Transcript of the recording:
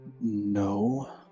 No